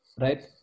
Right